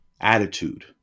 attitude